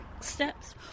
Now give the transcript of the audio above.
steps